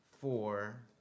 four